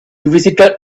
visited